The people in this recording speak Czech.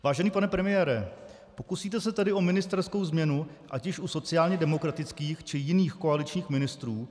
Vážený pane premiére, pokusíte se tedy o ministerskou změnu ať už u sociálnědemokratických, či jiných koaličních ministrů?